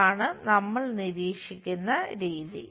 ഇതാണ് നമ്മൾ നിരീക്ഷിക്കുന്ന രീതി